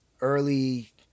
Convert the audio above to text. early